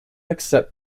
accept